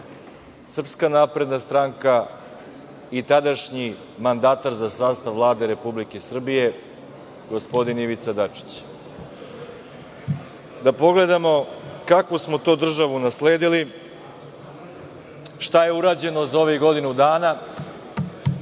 Srbiju zatekla SNS i tadašnji mandatar za sastav Vlade Republike Srbije gospodin Ivica Dačić. Da pogledamo kakvu smo to državu nasledili, šta je urađeno za ovih godinu dana,